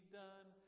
done